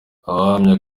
abahamya